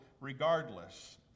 regardless